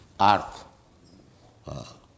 earth